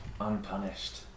unpunished